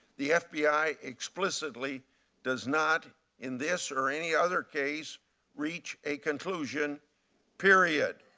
the fbi explicitly does not in this or any other case reach a conclusion period.